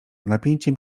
napięciem